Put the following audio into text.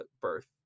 birth